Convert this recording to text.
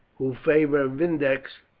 who favoured vindex,